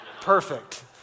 Perfect